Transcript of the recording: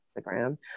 Instagram